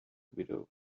widow